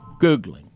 Googling